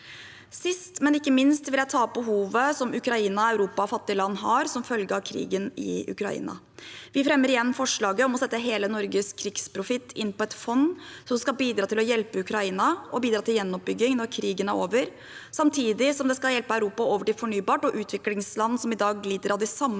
Sist, men ikke minst, vil jeg ta opp behovet som Ukraina og Europa og fattige land har som følge av krigen i Ukraina. Vi fremmer igjen forslaget om å sette hele Norges krigsprofitt inn på et fond som skal bidra til å hjelpe Ukraina og bidra til gjenoppbygging når krigen er over, samtidig som det skal hjelpe Europa over til fornybart og hjelpe utviklingsland som i dag lider på grunn av de samme